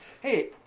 hey